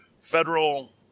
Federal